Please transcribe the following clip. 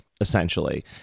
essentially